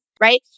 right